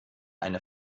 eine